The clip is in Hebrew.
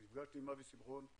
דיברתי עם אבי שמחון,